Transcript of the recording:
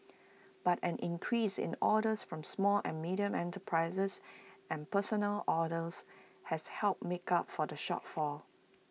but an increase in orders from small and medium enterprises and personal orders has helped make up for the shortfall